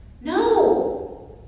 No